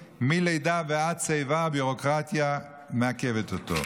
ביורוקרטיה מעכבת אותו.